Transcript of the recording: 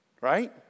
Right